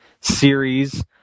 series